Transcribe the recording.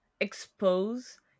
expose